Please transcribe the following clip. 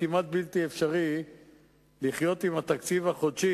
כמעט בלתי אפשרי לחיות עם התקציב החודשי